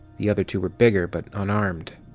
the other two were bigger, but unarmed.